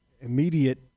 immediate